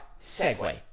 segue